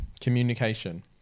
Communication